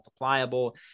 multipliable